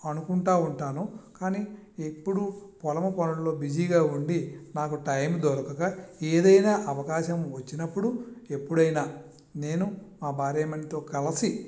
అనుకుంటూ ఉంటాను కానీ ఎప్పుడూ పొలము పనుల్లో బిజీగా ఉండి నాకు టైమ్ దొరకక ఏదైనా అవకాశం వచ్చినప్పుడు ఎప్పుడైనా నేను నా భార్యామణితో కలసి